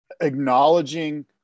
acknowledging